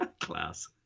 class